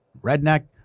redneck